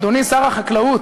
אדוני שר החקלאות,